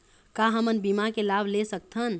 का हमन बीमा के लाभ ले सकथन?